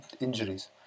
injuries